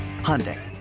Hyundai